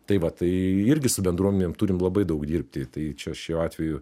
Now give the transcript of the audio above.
tai va tai irgi su bendruomenėm turim labai daug dirbti tai čia šiuo atveju